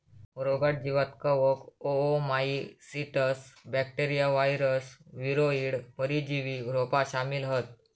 रोगट जीवांत कवक, ओओमाइसीट्स, बॅक्टेरिया, वायरस, वीरोइड, परजीवी रोपा शामिल हत